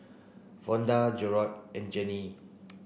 Fonda Gerold and Jeane